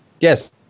Yes